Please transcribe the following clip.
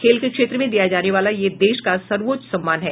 खेल के क्षेत्र में दिया जाने वाला यह देश का सर्वोच्च सम्मान है